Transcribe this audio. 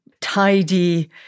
tidy